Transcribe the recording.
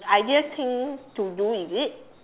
ideal thing to do is it